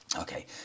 Okay